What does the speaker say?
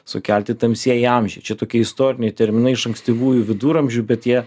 sukelti tamsieji amžiai čia tokie istoriniai terminai iš ankstyvųjų viduramžių bet jie